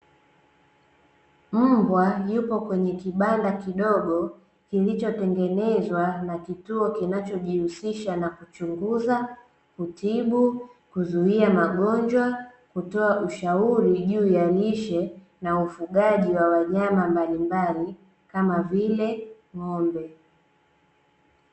Mbwa yupo kwenye kibanda kidogo kilichotengenezwa na kituo kinachojihusisha na kuchunguza, kutibu, kuzuia magonjwa, kutoa ushauri juu ya lishe, na ufugaji wa wanyama mbalimbali kama vile ng'ombe.